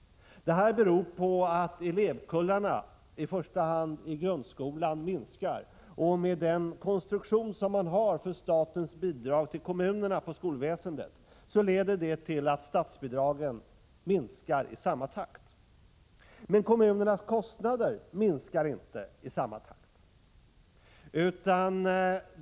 Detta beror på att elevkullarna, i första hand i grundskolan, minskar. Med den konstruktion som man har för statens bidrag till kommunerna när det gäller skolväsendet leder det till att statsbidragen minskar i samma takt. Men kommunernas kostnader minskar inte i samma takt.